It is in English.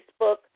Facebook